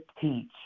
teach